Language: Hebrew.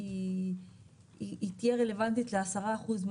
היא תהיה רלבנטית ל-10 אחוז,